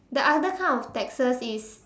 the other kind of taxes is